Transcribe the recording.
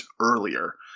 earlier